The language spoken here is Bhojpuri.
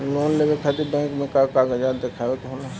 लोन लेवे खातिर बैंक मे का कागजात दिखावे के होला?